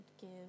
give